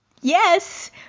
Yes